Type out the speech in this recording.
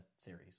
series